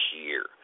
year